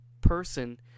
person